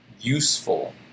useful